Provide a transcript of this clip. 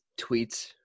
tweets